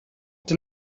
dem